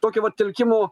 tokio vat tėlkimo